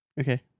Okay